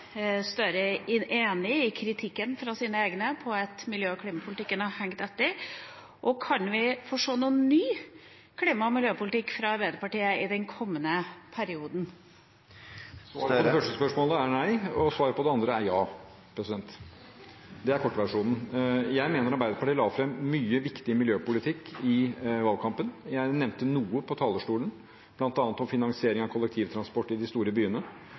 Støre enig i kritikken fra sine egne om at miljø- og klimapolitikken har hengt etter? Og: Kan vi få se en ny klima- og miljøpolitikk fra Arbeiderpartiet i den kommende perioden? Svaret på det første spørsmålet er nei, og svaret på det andre er ja. Det er kortversjonen. Jeg mener Arbeiderpartiet la fram mye viktig miljøpolitikk i valgkampen. Jeg nevnte noe på talerstolen, bl.a. finansiering av kollektivtransport i de store byene.